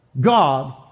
God